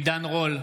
עידן רול,